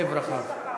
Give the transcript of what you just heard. לב רחב.